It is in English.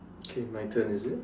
okay my turn is it